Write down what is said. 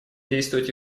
действовать